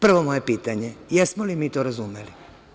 Prvo moje pitanje, jesmo li mi to razumeli?